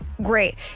great